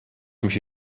میشه